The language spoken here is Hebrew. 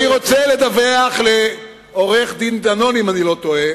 אני רוצה לדווח לעורך-דין דנון, אם אני לא טועה,